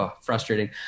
frustrating